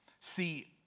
See